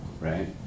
right